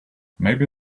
maybe